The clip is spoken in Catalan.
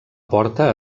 porta